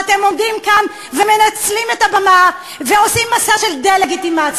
ואתם עומדים כאן ומנצלים את הבמה ועושים מסע של דה-לגיטימציה